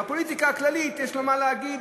אבל בפוליטיקה הכללית יש לו מה להגיד,